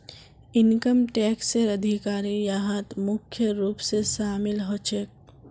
income टैक्सेर अधिकारी यहात मुख्य रूप स शामिल ह छेक